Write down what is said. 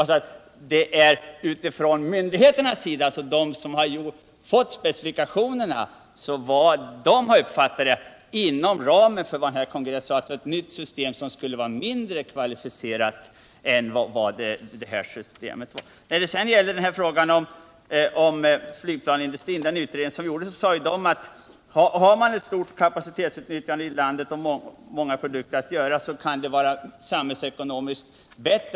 Vad jag talade om var att de myndigheter som fått specifikationerna uppfattat beslutet så att ett nytt system skulle vara mindre kvalificerat än B3LA. När det gäller utredningen om flygplansindustrin framhöll denna att om man kan föra över resurser till mer expansiva branscher så kan det ge en samhällsekonomisk vinst.